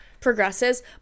progresses